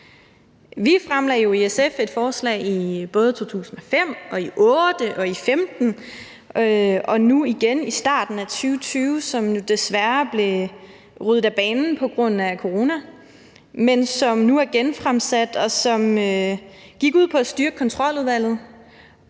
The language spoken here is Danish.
Vi fremlagde jo i SF et forslag både i 2005, i 2008, i 2015 og nu igen i starten af 2020, som desværre blev ryddet af banen på grund af corona, men som nu er genfremsat, og som går ud på at styrke Kontroludvalget